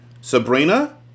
Sabrina